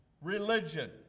religion